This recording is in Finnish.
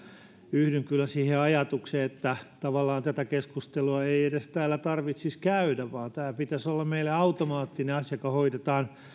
yhdyn kyllä siihen ajatukseen että tavallaan tätä keskustelua ei täällä edes tarvitsisi käydä vaan tämän pitäisi olla meille automaattinen asia joka hoidetaan